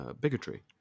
bigotry